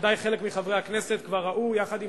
ודאי חלק מחברי הכנסת כבר ראו יחד עם